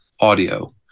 audio